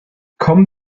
kommen